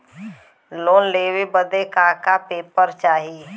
Loan लेवे बदे का का पेपर चाही?